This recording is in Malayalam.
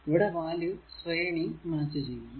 ഇവിടെ വാല്യൂ ശ്രേണി മാച്ച് ചെയ്യുന്നു